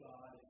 God